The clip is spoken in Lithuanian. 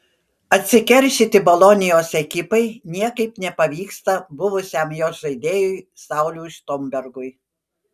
atsikeršyti bolonijos ekipai niekaip nepavyksta buvusiam jos žaidėjui sauliui štombergui